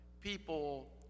people